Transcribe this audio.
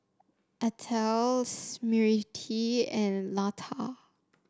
Atal Smriti and Lata